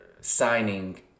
signing